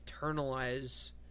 internalize